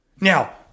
Now